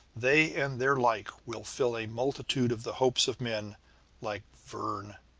they and their like will fulfil a multitude of the hopes of men like verne,